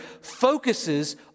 focuses